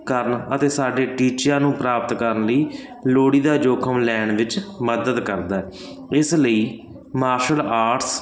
ਕਰਨ ਅਤੇ ਸਾਡੇ ਟੀਚਿਆਂ ਨੂੰ ਪ੍ਰਾਪਤ ਕਰਨ ਲਈ ਲੋੜੀਂਦਾ ਜੋਖਮ ਲੈਣ ਵਿੱਚ ਮਦਦ ਕਰਦਾ ਇਸ ਲਈ ਮਾਰਸ਼ਲ ਆਰਟਸ